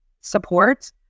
support